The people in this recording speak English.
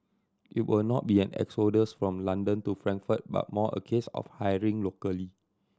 it will not be an exodus from London to Frankfurt but more a case of hiring locally